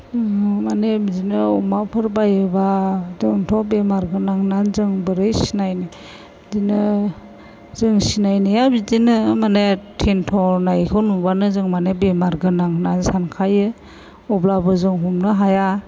माने बिदिनो अमाफोर बायोब्ला जोंथ' बेमार गोनां होननानै जों बोरै सिनायनो बिदिनो जों सिनायनाया बिदिनो माने थेन्थ'नायखौ नुब्लानो जों माने बेमारगोनां होननानै सानखायो अब्लाबो जों हमनो हाया